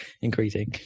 increasing